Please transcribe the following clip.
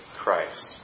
Christ